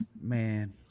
Man